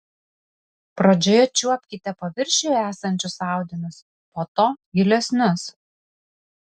pradžioje čiuopkite paviršiuje esančius audinius po to gilesnius